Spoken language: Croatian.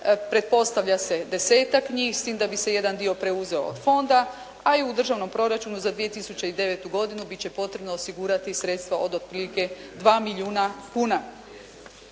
pretpostavlja se desetak njih s tim da bi se jedan dio preuzeo od fonda, a i u proračunu za 2009. godinu bit će potrebno osigurati sredstva od otprilike 2 milijuna kuna.